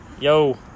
Yo